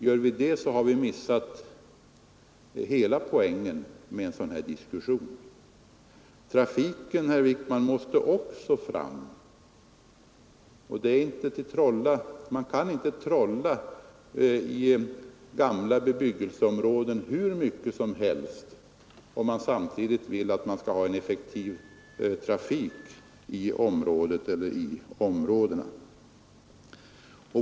Gör vi inte det så har vi missat hela poängen med en sådan här diskussion. Trafiken, herr Wijkman, måste också fram, och man kan inte trolla hur mycket som helst i gamla bebyggelseområden, om man samtidigt vill ha en effektiv trafik i samma områden.